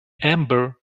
amber